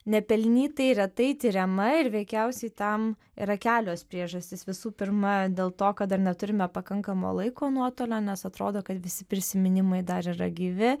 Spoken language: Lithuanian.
nepelnytai retai tiriama ir veikiausiai tam yra kelios priežastys visų pirma dėl to kad dar neturime pakankamo laiko nuotolio nes atrodo kad visi prisiminimai dar yra gyvi